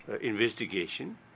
investigation